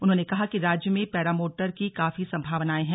उन्होंने कहा कि राज्य में पैरा मोटर की काफी सम्भावनाएं हैं